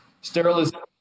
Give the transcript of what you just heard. sterilization